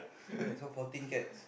so poor thing cats